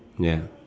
ya